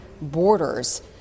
borders